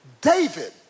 David